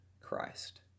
Christ